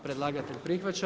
Predlagatelj prihvaća.